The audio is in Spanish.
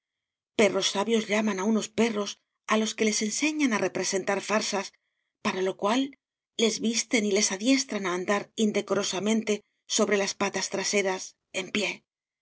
perros sabios llaman a unos perros a los que les enseñan a representar farsas para lo cual les visten y les adiestran a andar indecorosamente sobre las patas traseras en pie